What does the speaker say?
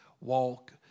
walk